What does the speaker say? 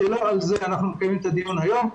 שלא על זה אנחנו מקיימים את הדיון היום,